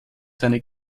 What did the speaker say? seine